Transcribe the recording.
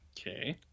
Okay